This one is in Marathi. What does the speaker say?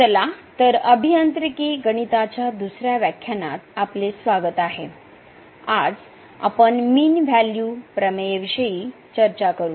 चला तर अभियांत्रिकी गणिताच्या दुसर्या व्याख्यानात आपले स्वागत आहे आजआपण मीन व्हॅल्यू प्रमेय विषयी चर्चा करू